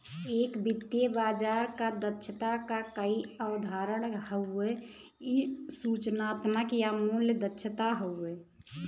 एक वित्तीय बाजार क दक्षता क कई अवधारणा हउवे इ सूचनात्मक या मूल्य दक्षता हउवे